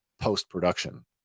post-production